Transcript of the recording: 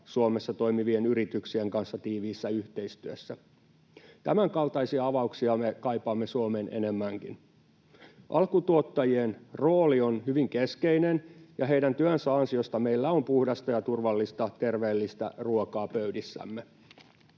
Suomessa toimivien yritysten kanssa. Tämänkaltaisia avauksia me kaipaamme Suomeen enemmänkin. Alkutuottajien rooli on hyvin keskeinen, ja heidän työnsä ansiosta meillä on puhdasta ja turvallista, terveellistä ruokaa pöydissämme.